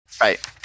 right